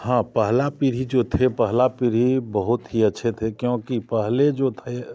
हाँ पहला पीढ़ी जो थे पहला पीढ़ी बहुत ही अच्छे थे क्योंकि पहले जो थे